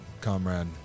comrade